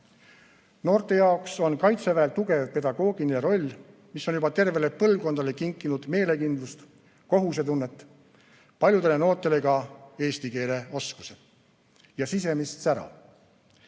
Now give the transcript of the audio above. Noorte jaoks on kaitseväel tugev pedagoogiline roll, mis on juba tervele põlvkonnale kinkinud meelekindlust, kohusetunnet, paljudele noortele ka eesti keele oskuse. Ja sisemist sära.